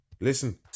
Listen